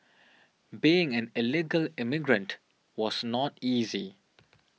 being an illegal immigrant was not easy